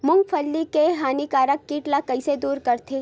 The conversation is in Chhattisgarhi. मूंगफली के हानिकारक कीट ला कइसे दूर करथे?